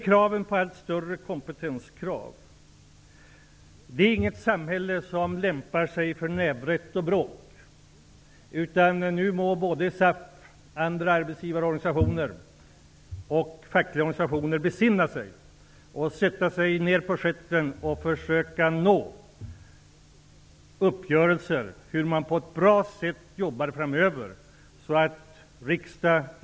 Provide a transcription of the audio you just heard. Kraven på kompetens blir allt större. Detta är inget samhälle som lämpar sig för nävrätt och bråk. Nu må SAF, andra arbetsgivarorganisationer och de fackliga organisationerna besinna sig och sätta sig ner på stjärten och försöka nå uppgörelser om hur man skall kunna jobba framöver på ett bra sätt.